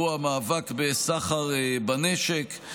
והוא המאבק בסחר בנשק.